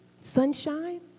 sunshine